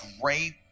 great